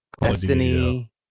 Destiny